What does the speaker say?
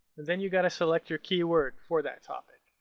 then you got to select your keyword for that topic.